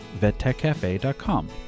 vettechcafe.com